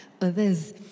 others